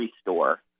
store